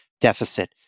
deficit